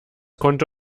konto